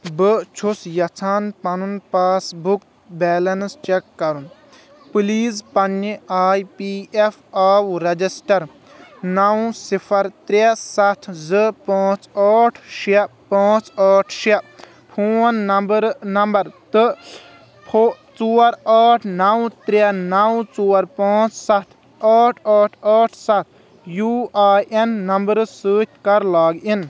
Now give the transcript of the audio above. بہٕ چھُس یَژھان پَنُن پاس بُک بیلینٕس چَک کَرُن پٕلیٖز پنٛنہِ E P F O register نَو صِفَر ترٛےٚ سَتھ زٕ پانٛژھ ٲٹھ شےٚ پانٛژھ ٲٹھ شےٚ فون نَمبرٕ نَمبر تہٕ پھو ژور ٲٹھ نَو ترٛےٚ نَو ژور پانٛژھ سَتھ ٲٹھ ٲٹھ ٲٹھ سَتھ یوٗ آی اٮ۪ن نَمبرٕ سۭتۍ کَر لاگ اِن